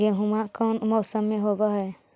गेहूमा कौन मौसम में होब है?